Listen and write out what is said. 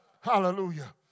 Hallelujah